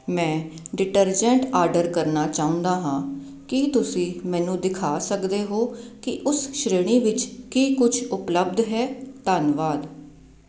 ਮੈਂ detergent order ਕਰਨਾ ਚਾਹੁੰਦਾ ਹਾਂ ਕੀ ਤੁਸੀਂ ਮੈਨੂੰ ਦਿਖਾ ਸਕਦੇ ਹੋ ਕਿ ਉਸ ਸ਼੍ਰੇਣੀ ਵਿੱਚ ਕੀ ਕੁਛ ਉਪਲੱਬਧ ਹੈ ਧੰਨਵਾਦ